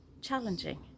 challenging